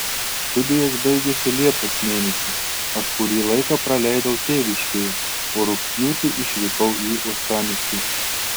studijos baigėsi liepos mėnesį aš kurį laiką praleidau tėviškėje o rugpjūtį išvykau į uostamiestį